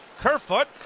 Kerfoot